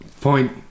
Point